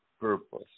purpose